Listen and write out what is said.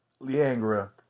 liangra